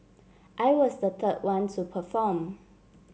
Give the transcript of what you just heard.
I was the third one to perform